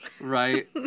Right